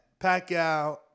Pacquiao